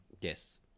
Yes